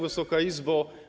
Wysoka Izbo!